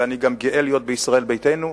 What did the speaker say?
ואני גם גאה להיות בישראל ביתנו.